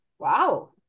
Wow